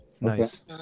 nice